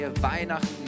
Weihnachten